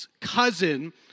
cousin